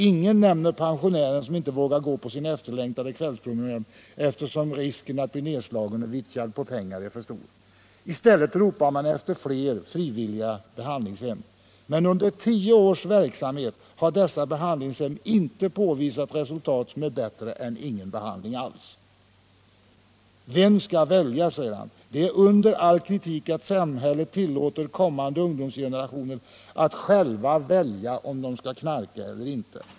Ingen nämner pensionären, som inte vågar gå på sin efterlängtade kvällspromenad, eftersom risken att bli nedslagen och vittjad på pengar är för stor. I stället ropar man efter fler frivilliga behandlingshem. Men under tio års verksamhet har dessa behandlingshem inte påvisat resultat som är bättre än ingen behandling alls.” ”Vem skall välja?”, skriver Hermansson och fortsätter: ”Det är under all kritik att samhället tillåter kommande ungdomsgenerationer att själva välja om de skall knarka eller inte.